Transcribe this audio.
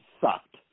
sucked